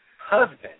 husband